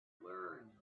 learned